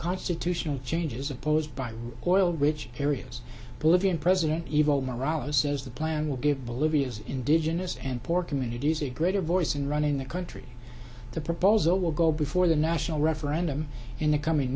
constitutional changes opposed by oil rich areas bolivian president evo morales says the plan will give bolivia's indigenous and poor communities a greater voice in running the country the proposal will go before the national referendum in the coming